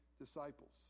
disciples